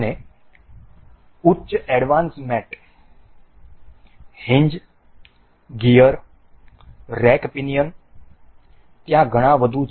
અને ઉચ્ચ એડવાન્સ મેટ હિંજ ગિઅર રેક પિનિયન ત્યાં ઘણા વધુ છે